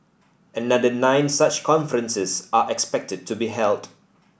another nine such conferences are expected to be held